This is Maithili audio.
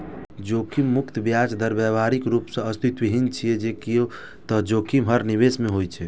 जोखिम मुक्त ब्याज दर व्यावहारिक रूप सं अस्तित्वहीन छै, कियै ते जोखिम हर निवेश मे होइ छै